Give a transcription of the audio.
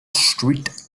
street